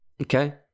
Okay